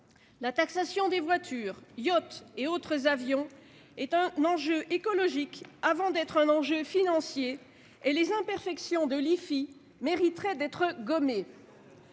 La taxation des voitures, yachts et autres avions est un enjeu écologique avant d'être un enjeu financier, et les imperfections de l'IFI mériteraient d'être gommées.